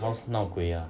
cause 闹鬼啊